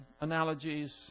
analogies